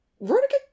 Veronica